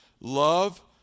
Love